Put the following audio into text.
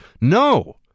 No